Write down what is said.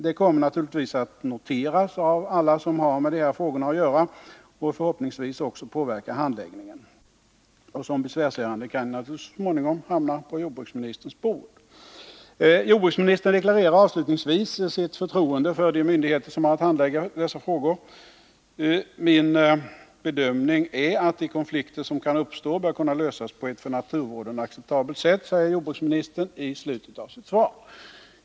Den kommer naturligtvis att noteras av alla som har med de här frågorna att göra och förhoppningsvis också att påverka handläggningen. Som besvärsärenden kan sådana här fall naturligtvis så småningom hamna på jordbruksministerns bord. Jordbruksministern deklarerar avslutningsvis sitt förtroende för de myndigheter som har att handlägga dessa frågor. ”Min bedömning är därför att de konflikter som kan uppstå bör kunna lösas på ett för naturvården acceptabelt sätt”, säger han i slutet av sitt svar.